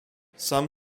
some